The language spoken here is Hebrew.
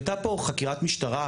הייתה פה חקירת משטרה,